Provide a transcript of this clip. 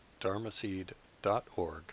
dharmaseed.org